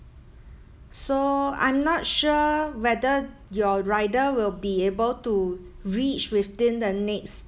so I'm not sure whether your rider will be able to reach within the next